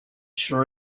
sure